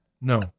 no